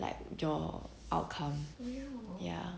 like your outcome ya